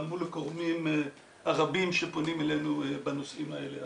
מול הגורמים הרבים שפונים אלינו בנושאים האלה.